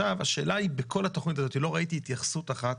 השאלה בכל התכנית הזאת, שלא ראיתי התייחסות אחת